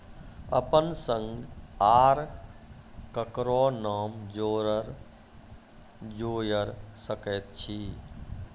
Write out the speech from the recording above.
अपन संग आर ककरो नाम जोयर सकैत छी?